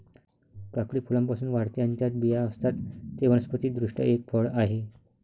काकडी फुलांपासून वाढते आणि त्यात बिया असतात, ते वनस्पति दृष्ट्या एक फळ आहे